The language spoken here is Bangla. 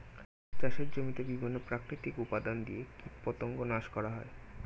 চাষের জমিতে বিভিন্ন প্রাকৃতিক উপাদান দিয়ে কীটপতঙ্গ নাশ করা হয়